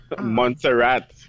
montserrat